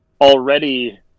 already